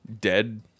dead